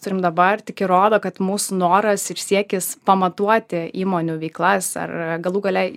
turim dabar tik įrodo kad mūsų noras ir siekis pamatuoti įmonių veiklas ar galų gale